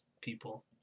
people